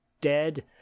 dead